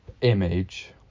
image